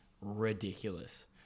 ridiculous